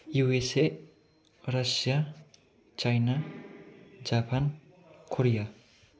U S A Russia China Japan Korea